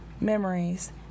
memories